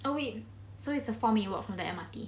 oh wait so it's a four minute walk from the M_R_T